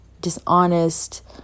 dishonest